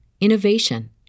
innovation